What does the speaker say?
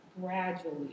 gradually